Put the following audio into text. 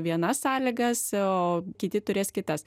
vienas sąlygas o kiti turės kitas